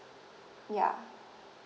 ya